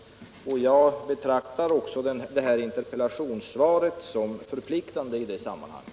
Jag betraktar också det här interpellationssvaret som förpliktande i det avseendet.